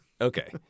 Okay